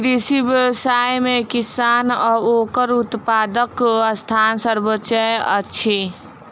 कृषि व्यवसाय मे किसान आ ओकर उत्पादकक स्थान सर्वोच्य अछि